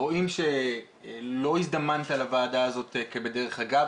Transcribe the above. רואים שלא הזדמנת לוועדה הזאת כבדרך אגב,